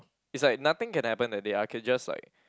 is like nothing can happen that day I can just like